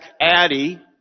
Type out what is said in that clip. Addie